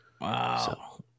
Wow